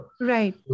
right